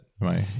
right